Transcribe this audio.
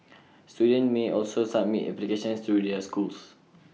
students may also submit applications through their schools